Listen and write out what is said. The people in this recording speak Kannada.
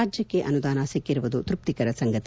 ರಾಜ್ಯಕ್ಷೆ ಅನುದಾನ ಸಿಕ್ಕಿರುವುದು ತೃಪ್ತಿಕರ ಸಂಗತಿ